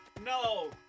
no